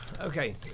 okay